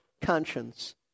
conscience